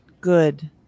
good